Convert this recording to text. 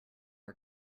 are